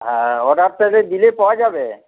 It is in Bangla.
হ্যাঁ অর্ডারটাকে দিলে পাওয়া যাবে